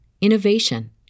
innovation